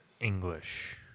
English